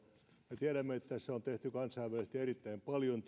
me tiedämme että tässä on tehty kansainvälisesti erittäin paljon